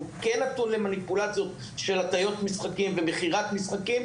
שהוא כן נתון למניפולציות של הטיות משחקים ומכירת משחקים,